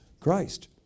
Christ